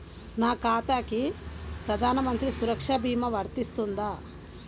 నా ఖాతాకి ప్రధాన మంత్రి సురక్ష భీమా వర్తిస్తుందా?